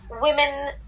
women